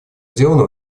сделано